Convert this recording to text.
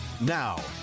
Now